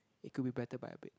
it could be better by a bit